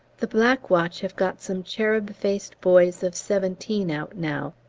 the black watch have got some cherub-faced boys of seventeen out now.